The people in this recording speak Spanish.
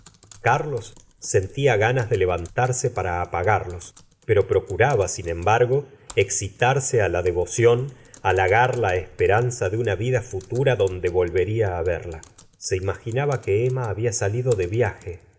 carlos sentía ganas de levantarse para apagarlos pero procuraba sin embargo excita rse á la devoción halagar la esperanza de una vida futura donde volvería á verla se imaginaba que emma había salido de viaje